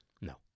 No